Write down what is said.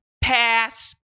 Pass